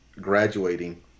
graduating